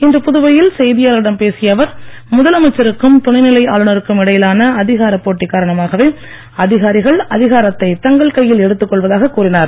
இன்று புதுவையில் செய்தியாளர்களிடம் பேசிய அவர் முதலமைச்சருக்கும் துணைநிலை ஆளுநருக்கும் இடையிலான அதிகாரப் போட்டி காரணமாகவே அதிகாரிகள் அதிகாரத்தை தங்கள் கையில் எடுத்துக் கொள்வதாக கூறினார்